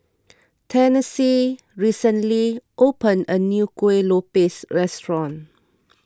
Tennessee recently opened a new Kueh Lopes restaurant